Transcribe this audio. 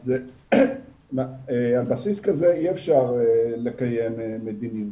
אז על בסיס כזה אי אפשר לקיים מדיניות.